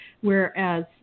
Whereas